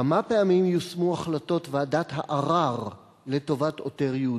כמה פעמים יושמו החלטות ועדת הערר לטובת עורר יהודי,